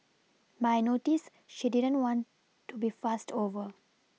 but I noticed she didn't want to be fussed over